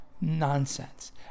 nonsense